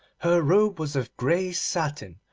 her robe was of grey satin,